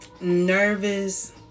nervous